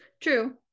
True